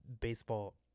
baseball